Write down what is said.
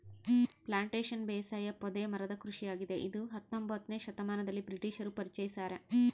plantation ಬೇಸಾಯ ಪೊದೆ ಮರದ ಕೃಷಿಯಾಗಿದೆ ಇದ ಹತ್ತೊಂಬೊತ್ನೆ ಶತಮಾನದಲ್ಲಿ ಬ್ರಿಟಿಷರು ಪರಿಚಯಿಸ್ಯಾರ